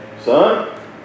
son